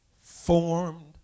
formed